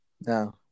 No